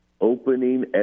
opening